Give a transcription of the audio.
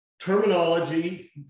terminology